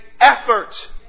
effort